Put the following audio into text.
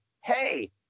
hey